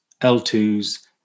L2s